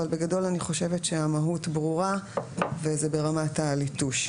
נדייק אבל בגדול אני חושבת שהמהות ברורה וזה ברמת הליטוש.